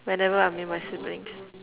whenever I'm with my siblings